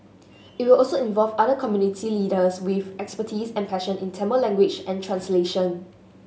it will also involve other community leaders with expertise and passion in Tamil language and translation